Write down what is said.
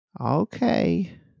Okay